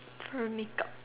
for makeup